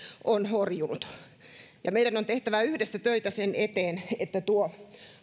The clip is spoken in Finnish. on horjunut meidän on tehtävä yhdessä töitä sen eteen että tuo